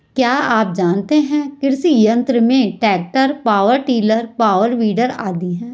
क्या आप जानते है कृषि यंत्र में tractor, power tiller, power weeder आदि है?